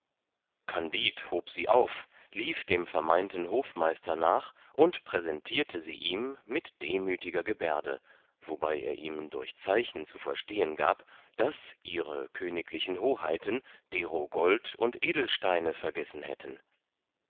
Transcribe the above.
kandid hob sie auf lief dem vermeinten hofmeister nach und präsentirte sie ihm mit demüthiger geberde wobei er ihm durch zeichen zu verstehen gab daß ihre königlichen hoheiten dero gold und edelsteine vergessen hätten